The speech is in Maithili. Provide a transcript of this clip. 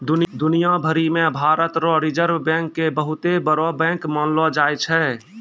दुनिया भरी मे भारत रो रिजर्ब बैंक के बहुते बड़ो बैंक मानलो जाय छै